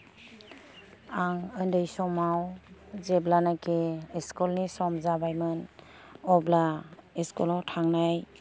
आं उन्दै समाव जेब्लानाखि स्कुल नि सम जाबायमोन अब्ला स्कुलाव थांनाय